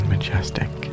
Majestic